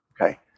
Okay